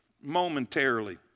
momentarily